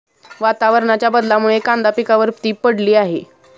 वातावरणाच्या बदलामुळे कांदा पिकावर ती पडली आहे